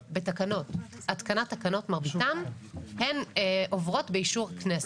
התקנת תקנות מרביתן הן עוברות באישור הכנסת.